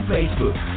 Facebook